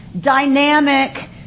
dynamic